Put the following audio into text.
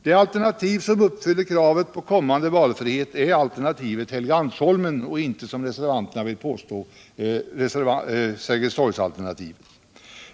Det alternativ som uppfyller kravet på kommande valfrihet är Hetgeandsholmsalternativet och inte, som reservanterna vill påstå, Sergelstorgsalternativet.